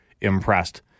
impressed